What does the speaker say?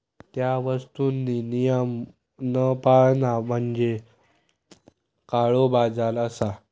त्या वस्तुंनी नियम न पाळणा म्हणजे काळोबाजार असा